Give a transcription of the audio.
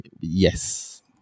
Yes